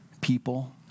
people